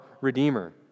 Redeemer